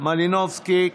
יוליה מלינובסקי,